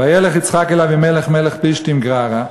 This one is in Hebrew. וילך יצחק אל אבימלך מלך פלשתים גררה.